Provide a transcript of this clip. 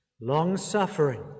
long-suffering